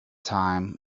time